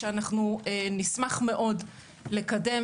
שאנחנו נשמח מאוד לקדם,